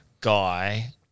guy